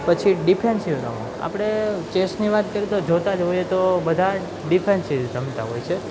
પછી ડિફેન્સીવ રમો આપણે ચેસની વાત કરી તો જોતાં જ હોઈએ તો બધા ડિફેન્સીવ રમતા હોય છે